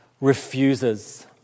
refuses